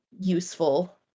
useful